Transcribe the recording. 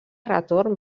retorn